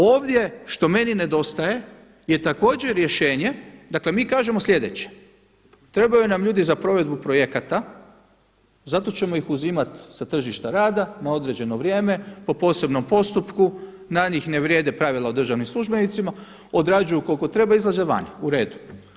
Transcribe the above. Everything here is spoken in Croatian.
Ovdje što meni nedostaje je također rješenje, dakle mi kažemo sljedeće, trebaju nam ljudi za provedbu projekata, zato ćemo ih uzimat sa tržišta rada na određeno vrijeme po posebnom postupku, na njih ne vrijeme pravila o državnim službenicima, odrađuju koliko treba, izlaze vani, uredu.